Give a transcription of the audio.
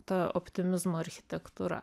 ta optimizmo architektūra